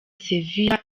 sevilla